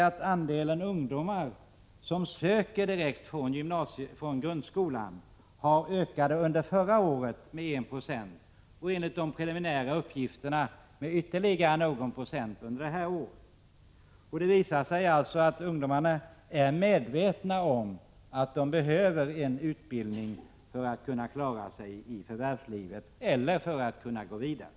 Andelen ungdomar som söker direkt från grundskolan ökade under förra året med 1 96 och enligt de preliminära uppgifterna med ytterligare någon procent under det här året. Detta visar att ungdomarna är medvetna om att de behöver en utbildning för att kunna klara sig i förvärvslivet eller för att kunna studera vidare.